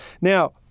Now